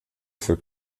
für